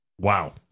wow